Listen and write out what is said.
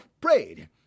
prayed